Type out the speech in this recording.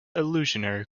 illusory